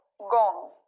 gong